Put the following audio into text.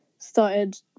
Started